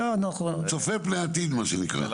צופה פני העתיד, מה שנקרא.